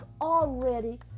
already